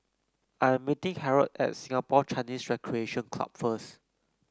I am meeting Harrold at Singapore Chinese Recreation Club first